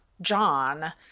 John